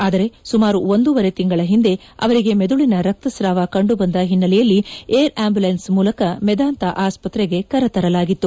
ಆದರೆ ಸುಮಾರು ಒಂದೂವರೆ ತಿಂಗಳ ಹಿಂದೆ ಅವರಿಗೆ ಮೆದುಳಿನ ರಕ್ತಸ್ರಾವ ಕಂಡುಬಂದ ಹಿನ್ನೆಲೆಯಲ್ಲಿ ಏರ್ ಆಂಬುಲೆನ್ಸ್ ಮೂಲಕ ಮೆದಾಂತ ಆಸ್ತ್ರೆಗೆ ಕರೆತರಲಾಗಿತ್ತು